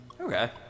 Okay